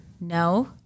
No